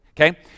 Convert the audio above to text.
okay